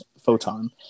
photon